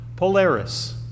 Polaris